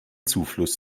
zufluss